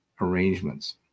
arrangements